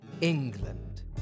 England